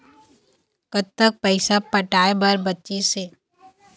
कतक पैसा पटाए बर बचीस हे?